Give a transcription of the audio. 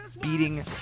beating